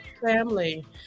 family